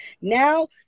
Now